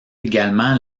également